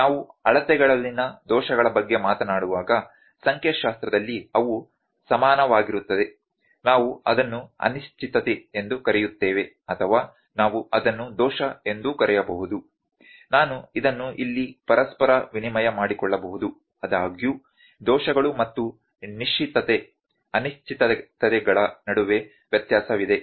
ನಾವು ಅಳತೆಗಳಲ್ಲಿನ ದೋಷಗಳ ಬಗ್ಗೆ ಮಾತನಾಡುವಾಗ ಸಂಖ್ಯಾಶಾಸ್ತ್ರದೆಲ್ಲಿ ಅವು ಸಮಾನವಾಗಿರುತ್ತದೆ ನಾವು ಅದನ್ನು ಅನಿಶ್ಚಿತತೆ ಎಂದು ಕರೆಯುತ್ತೇವೆ ಅಥವಾ ನಾವು ಅದನ್ನು ದೋಷ ಎಂದೂ ಕರೆಯಬಹುದು ಉಲ್ಲೇಖ ಸಮಯ 0829 ನಾನು ಇದನ್ನು ಇಲ್ಲಿ ಪರಸ್ಪರ ವಿನಿಮಯ ಮಾಡಿಕೊಳ್ಳಬಹುದು ಆದಾಗ್ಯೂ ದೋಷಗಳು ಮತ್ತು ನಿಶ್ಚಿತತೆ ಅನಿಶ್ಚಿತತೆಗಳ ನಡುವೆ ವ್ಯತ್ಯಾಸವಿದೆ